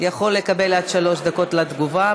יכול לקבל עד שלוש דקות לתגובה.